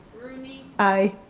rooney. i.